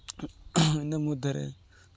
ᱤᱱᱟᱹ ᱢᱚᱫᱽᱫᱷᱮ ᱨᱮ